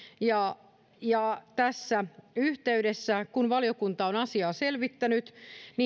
ja ja tässä yhteydessä kun valiokunta on asiaa selvittänyt